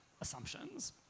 assumptions